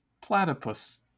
platypus